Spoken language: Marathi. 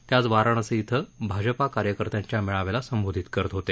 ते आज वाराणसी क्वे भाजपा कार्यकर्त्यांच्या मेळाव्याला संबोधित करत होते